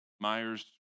Myers